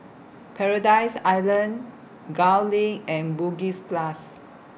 Paradise Island Gul LINK and Bugis Plus